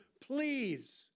Please